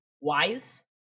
Wise